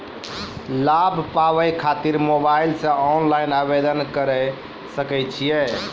लाभ पाबय खातिर मोबाइल से ऑनलाइन आवेदन करें सकय छियै?